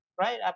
right